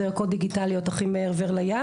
ערכות דיגיטליות שזה 'אחי מעבר לים',